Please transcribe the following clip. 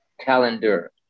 calendar